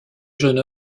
jeune